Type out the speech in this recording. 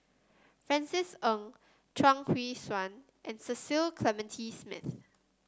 Francis Ng Chuang Hui Tsuan and Cecil Clementi Smith